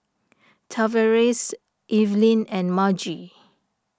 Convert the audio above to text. Tavares Evelyn and Margy